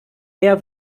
mehr